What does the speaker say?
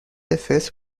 فطر